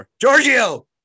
Giorgio